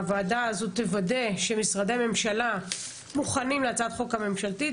הוועדה הזו תוודא שמשרדי הממשלה מוכנים להצעת החוק הממשלתית,